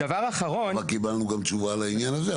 דבר אחרון --- קיבלנו תשובה על העניין הזה.